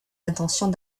intentions